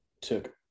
took